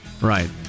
Right